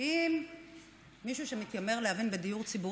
אם מישהו שמתיימר להבין בדיור ציבורי